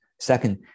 Second